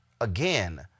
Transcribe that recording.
again